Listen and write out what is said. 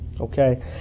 Okay